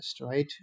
right